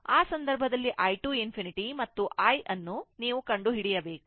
ಆ ಸಂದರ್ಭದಲ್ಲಿ i 2 ∞ ಮತ್ತು i ಅನ್ನು ನೀವು ಕಂಡುಹಿಡಿಯಬೇಕು